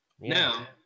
Now